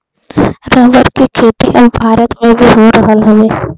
rubber के खेती अब भारत में भी हो रहल हउवे